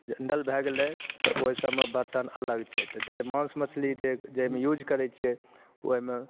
general भए गेलय तऽ ओइ सबमे बर्तन अलग छै तऽ यदि मांस मछली जाहिमे यूज करय छियै ओइमे